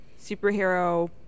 superhero